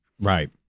right